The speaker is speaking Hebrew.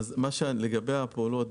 לגבי הפעולות,